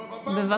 הזה.